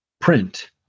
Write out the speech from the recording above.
print